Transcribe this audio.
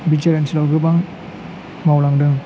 BTR ओनसोलाव गोबां मावलांदों